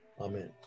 Amen